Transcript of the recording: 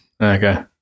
Okay